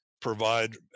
provide